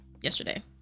yesterday